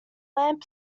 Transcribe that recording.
lamp